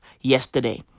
yesterday